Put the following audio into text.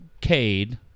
Cade